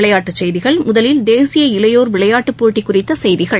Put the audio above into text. விளையாட்டுச் செய்திகள் முதலில் தேசிய இளையோர் விளையாட்டு போட்டிகள் குறித்த செய்திகள்